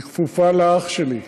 היא כפופה לאח שלי,